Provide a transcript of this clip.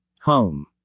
Home